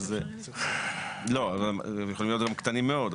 הם יכולים להיות גם קטנים מאוד,